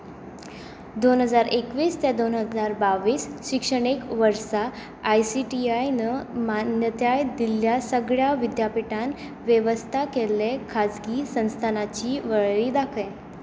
दोन हजार एकवीस ते दोन हजार बाव्वीस शिक्षणीक वर्सा आय सी टी आयन मान्यताय दिल्ल्या सगळ्या विद्यापिठान वेवस्था केल्ले खाजगी संस्थानाची वळेरी दाखय